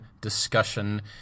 discussion